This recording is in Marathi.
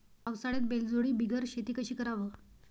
पावसाळ्यात बैलजोडी बिगर शेती कशी कराव?